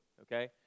okay